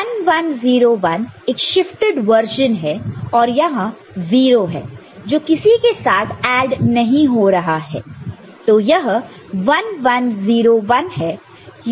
1 1 0 1 एक shifted version है और यहां 0 है जो किसी के साथ ऐड नहीं हो रहा है तो यह 1 1 0 1 है